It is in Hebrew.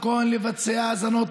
זה לא מכובד